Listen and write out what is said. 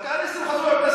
הכהניסטים חזרו לכנסת.